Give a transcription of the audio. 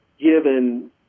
given